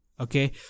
okay